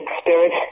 spirit